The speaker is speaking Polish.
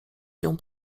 się